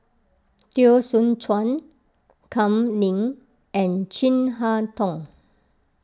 Teo Soon Chuan Kam Ning and Chin Harn Tong